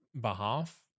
behalf